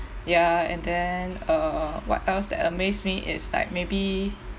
ya and then uh what else that amazed me is like maybe